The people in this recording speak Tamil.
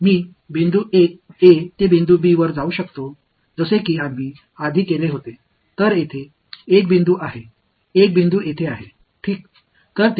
நான் முன்பு செய்தது போல a புள்ளியில் இருந்து b புள்ளிக்கு செல்ல முடியும் எனவே அது இங்கே ஒரு புள்ளி அங்கே ஒரு புள்ளி